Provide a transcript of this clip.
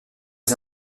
des